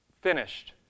Finished